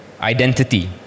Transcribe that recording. identity